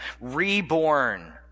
reborn